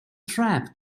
trap